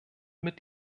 mit